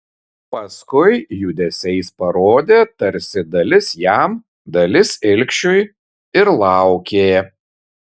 paskui judesiais parodė tarsi dalis jam dalis ilgšiui ir laukė